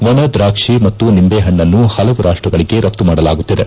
ಒಣ ದ್ರಾಕ್ಷಿ ಮತ್ತು ನಿಂದೆ ಪಣ್ಣನ್ನು ಪಲವು ರಾಷ್ಷಗಳಿಗೆ ರಪ್ತು ಮಾಡಲಾಗುತ್ತಿದೆ